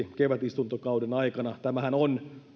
kevätistuntokauden aikana tämähän on